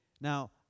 Now